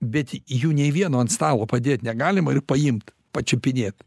bet jų nei vieno ant stalo padėt negalima ir paimt pačiupinėt